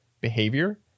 behavior